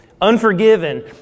Unforgiven